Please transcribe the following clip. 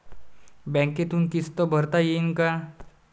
बँकेतून किस्त भरता येईन का?